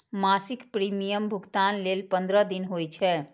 मासिक प्रीमियम भुगतान लेल पंद्रह दिन होइ छै